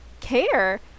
care